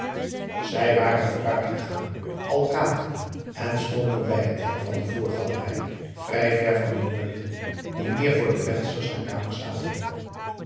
zij waren vooruitgegaan al pratende en stonden bij het hek van de voorgalerij vrij ver van de jongelieden die meer voor de vensters der kamers zaten